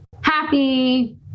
happy